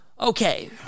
okay